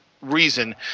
reason